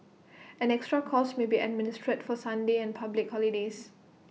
an extra cost may be administered for Sundays and public holidays